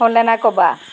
হ'লনে নাই ক'বা